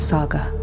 Saga